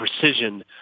precision